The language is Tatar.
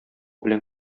белән